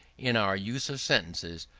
in our use of sentences,